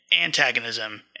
antagonism